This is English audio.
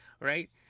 right